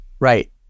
right